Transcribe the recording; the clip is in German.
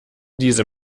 diese